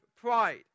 pride